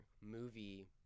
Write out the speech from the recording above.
movie